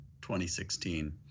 2016